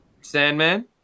Sandman